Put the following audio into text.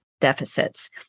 deficits